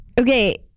Okay